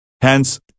Hence